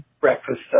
breakfast